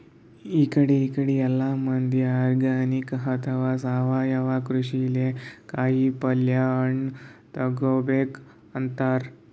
ಇಕಡಿ ಇಕಡಿ ಎಲ್ಲಾ ಮಂದಿ ಆರ್ಗಾನಿಕ್ ಅಥವಾ ಸಾವಯವ ಕೃಷಿಲೇ ಕಾಯಿಪಲ್ಯ ಹಣ್ಣ್ ತಗೋಬೇಕ್ ಅಂತಾರ್